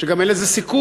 שגם אין לזה סיכוי,